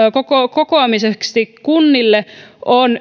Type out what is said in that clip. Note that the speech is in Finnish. kokoamiseksi kunnille on